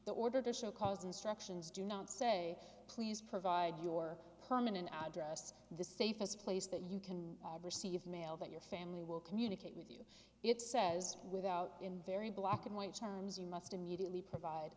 the order to show cause instructions do not say please provide your permanent address to the safest place that you can receive mail that your family will communicate with you it says without in very black and white terms you must immediately provide